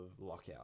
lockout